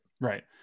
right